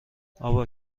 ابا